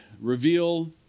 reveal